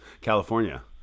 California